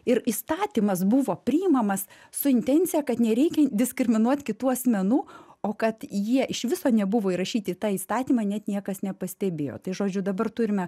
ir įstatymas buvo priimamas su intencija kad nereikia diskriminuot kitų asmenų o kad jie iš viso nebuvo įrašyti į tą įstatymą net niekas nepastebėjo tai žodžiu dabar turime